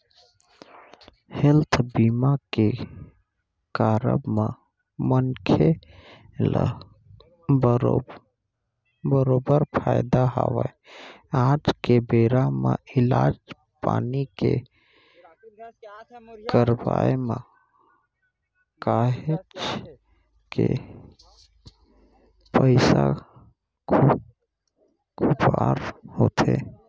health बीमा के कारब म मनखे ल बरोबर फायदा हवय आज के बेरा म इलाज पानी के करवाय म काहेच के पइसा खुवार होथे